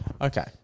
Okay